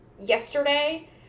yesterday